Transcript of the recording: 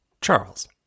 Charles